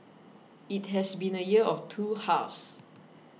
it has been a year of two halves